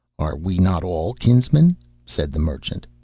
are we not all kinsmen said the merchant.